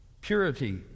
purity